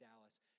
Dallas